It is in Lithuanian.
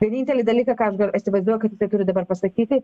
vienintelį dalyką ką aš gal įsivaizduoju kad jisai turi dabar pasakyti